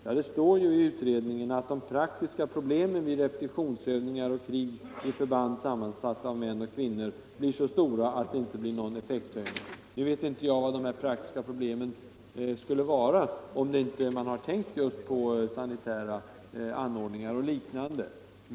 Ja, det står ju i utredningens betänkande att de praktiska problemen vid repetitionsövningar och i krig, i förband sam mansatta av män och kvinnor, blir så stora att det inte blir någon effektökning. Jag vet inte vilka de här praktiska problemen skulle vara, om man inte har tänkt just på sanitära anordningar och liknande.